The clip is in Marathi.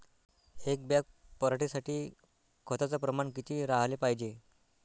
एक बॅग पराटी साठी खताचं प्रमान किती राहाले पायजे?